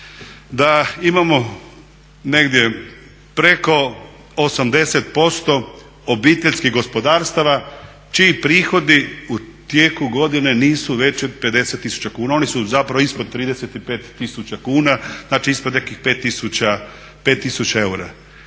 da imamo negdje preko 80% obiteljskih gospodarstava čiji prihodi u tijeku godine nisu veći od 50 tisuća kuna, oni su zapravo ispod 35 tisuća kuna, znači ispod nekih 5 tisuća eura.